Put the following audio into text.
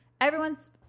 everyone's